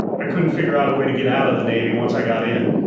i couldn't figure out a way to get out of the navy once i got in.